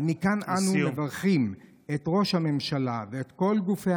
אז מכאן אנו מברכים את ראש הממשלה ואת כל גופי